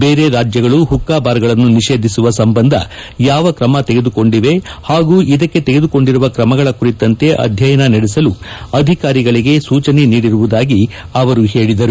ಬೇರೆ ರಾಜ್ಯಗಳು ಪುಕಾಬಾರ್ಗಳನ್ನು ನಿಷೇಧಿಸುವ ಸಂಬಂಧ ಯಾವ ಕ್ರಮ ತೆಗೆದುಕೊಂಡಿವೆ ಪಾಗೂ ಇದಕ್ಕೆ ತೆಗೆದುಕೊಂಡಿರುವ ಕ್ರಮಗಳ ಕುರಿತಂತೆ ಅಧ್ಯಯನ ನಡೆಸಲು ಅಧಿಕಾರಿಗಳಿಗೆ ಸೂಚನೆ ನೀಡಿರುವುದಾಗಿ ಅವರು ಹೇಳಿದರು